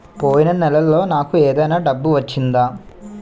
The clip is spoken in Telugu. పోయిన నెలలో నాకు ఏదైనా డబ్బు వచ్చిందా?